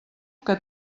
que